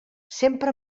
sempre